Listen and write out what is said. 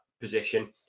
position